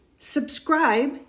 Subscribe